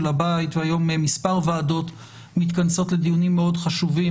הבית והיום מספר ועדות מתכנסות לדיונים מאוד חשובים